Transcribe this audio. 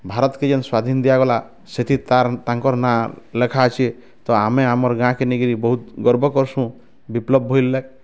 ଭାରତ କି ଯେନ ସ୍ୱାଧୀନ ଦିଆଗଲା ସେଥି ତା'ର ତାଙ୍କର ନାଁ ଲେଖାଅଛି ତ ଆମେ ଆମର ଗାଁକେ ନେଇ କରି ବହୁତ ଗର୍ବ କରୁସୁଁ ବିପ୍ଳବ ଭୋଇର ଲାଗି